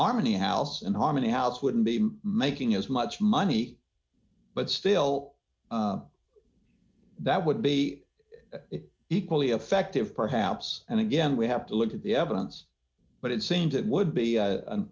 harmony house and home and house wouldn't be making as much money but still that would be equally effective perhaps and again we have to look at the evidence but it seems it would be an a